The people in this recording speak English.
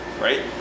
right